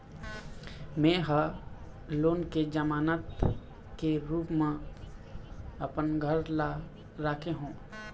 में ह लोन के जमानत के रूप म अपन घर ला राखे हों